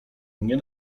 mnie